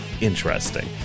Interesting